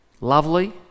Lovely